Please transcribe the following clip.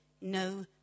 no